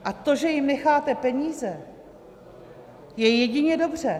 A to, že jim necháte peníze, je jedině dobře.